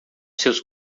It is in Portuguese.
seus